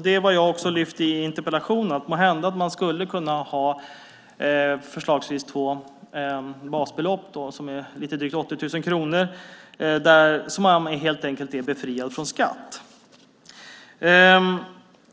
Det är också vad jag har lyft fram i interpellationen, att man skulle kunna ha, förslagsvis, två basbelopp som är lite drygt 80 000 kronor där man helt enkelt är befriad från skatt.